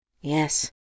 Yes